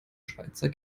schweizer